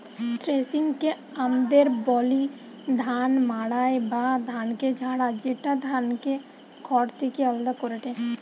থ্রেশিংকে আমদের বলি ধান মাড়াই বা ধানকে ঝাড়া, যেটা ধানকে খড় থেকে আলদা করেটে